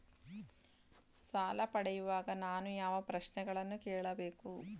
ಸಾಲ ಪಡೆಯುವಾಗ ನಾನು ಯಾವ ಪ್ರಶ್ನೆಗಳನ್ನು ಕೇಳಬೇಕು?